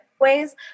ways